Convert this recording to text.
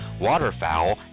waterfowl